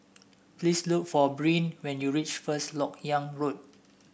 please look for Brynn when you reach First LoK Yang Road